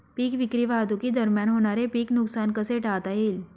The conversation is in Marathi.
पीक विक्री वाहतुकीदरम्यान होणारे पीक नुकसान कसे टाळता येईल?